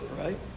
right